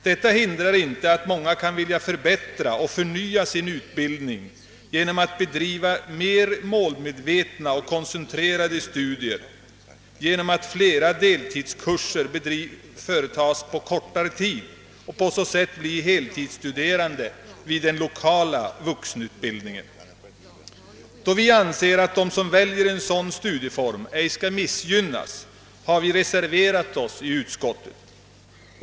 Det hindrar inte att många önskar förbättra och förnya sin utbildning genom att bedriva mer målmedvetna och koncentrerade studier i flera deltidskurser på kortare tid och på så sätt bli heltidsstuderande vid den lokala vuxenutbildningen. Då vi anser, att de som väljer en sådan studieform ej skall missgynnas, har vi reserverat oss i utskottet.